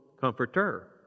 comforter